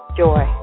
joy